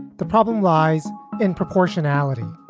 the problem lies in proportionality.